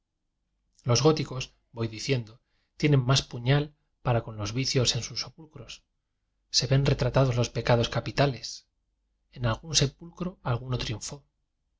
los góticos voy diciendo tienen más puñal para con los vicios en sus sepulcros se ven retratados los pecados capitales en algún sepulcro alguno triunfó